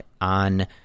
on